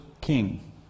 king